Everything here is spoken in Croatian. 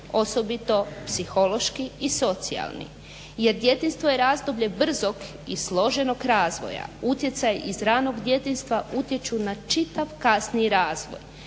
osobito psihološki i socijalni jer djetinjstvo je razdoblje brzog i složenog razvoja, utjecaj iz ranog djetinjstva utječu na čitav kasniji razvoj.